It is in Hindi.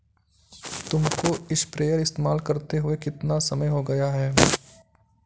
तुमको स्प्रेयर इस्तेमाल करते हुआ कितना समय हो गया है?